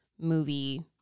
movie